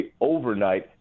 overnight